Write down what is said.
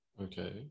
Okay